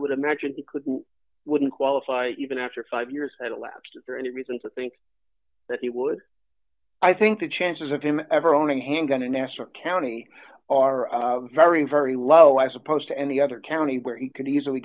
would imagine he could wouldn't qualify even after five years had elapsed or any reason to think that he would i think the chances of him ever owning a handgun in national county are very very low i suppose to any other county where he could easily